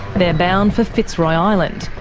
they're bound for fitzroy island,